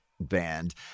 band